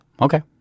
okay